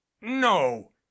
no